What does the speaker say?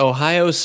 Ohio